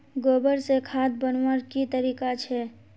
गोबर से खाद बनवार की तरीका छे?